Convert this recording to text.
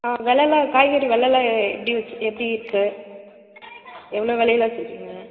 ஆ விலைலாம் காய்கறி விலைலாம் எப்படி எப்படி இருக்குது எவ்வளோ விலைல வச்சிருக்கீங்க நீங்கள்